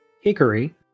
Hickory